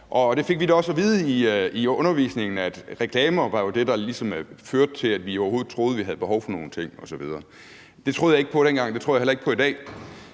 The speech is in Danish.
Der fik vi også at vide i undervisningen, at reklamer ligesom var det, der førte til, at vi overhovedet troede, at vi havde behov for ting osv. Det troede jeg ikke på dengang, og det tror jeg heller ikke på i dag.